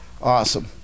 Awesome